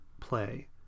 play